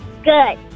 good